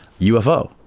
UFO